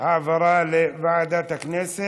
העברה לוועדת הכנסת.